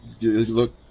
look